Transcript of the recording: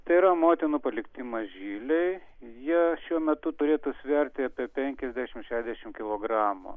tai yra motinų palikti mažyliui jie šiuo metu turėtų sverti apie penkiasdešimt šešiasdešimt kilogramų